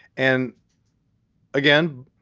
and again,